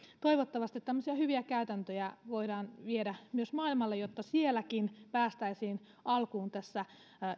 toivottavasti tämmöisiä hyviä käytäntöjä voidaan viedä myös maailmalle jotta sielläkin päästäisiin alkuun tässä